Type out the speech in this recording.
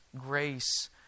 grace